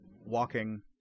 walking